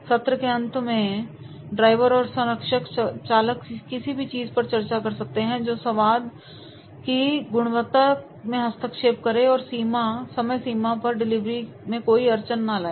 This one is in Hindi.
सत्र के अंत में ड्राइवर और संरक्षक चालक किसी भी चीज पर चर्चा कर सकते हैं जो स्वाद की गुणवत्ता में हस्तक्षेप करें या समय सीमा पर डिलीवरी में कोई अड़चन लाए